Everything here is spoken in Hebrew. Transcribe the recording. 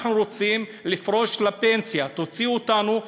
אנחנו רוצים לפרוש לפנסיה, תוציאו אותנו.